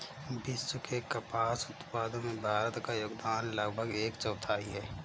विश्व के कपास उत्पादन में भारत का योगदान लगभग एक चौथाई है